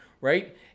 right